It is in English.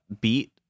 beat